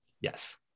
yes